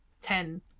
ten